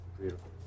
Beautiful